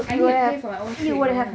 I need to pay for my own treatment